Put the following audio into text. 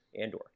andor